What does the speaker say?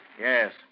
Yes